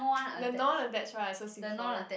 the non attach one I also see before